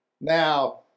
Now